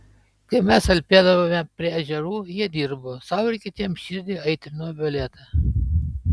kai mes alpėdavome prie ežerų jie dirbo sau ir kitiems širdį aitrino violeta